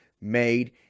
made